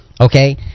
Okay